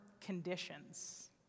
conditions